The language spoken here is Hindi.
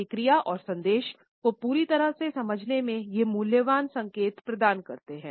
प्रतिक्रिया और संदेश को पूरी तरह से समझने में ये मूल्यवान संकेत प्रदान करते हैं